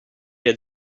had